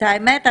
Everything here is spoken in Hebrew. האמת,